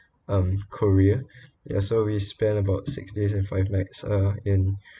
um korea ya so we spend about about six days and five nights uh in